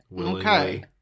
Okay